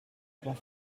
droit